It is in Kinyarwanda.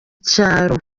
cyaro